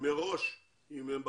מראש אם הם ברשימה.